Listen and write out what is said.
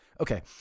Okay